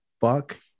fuck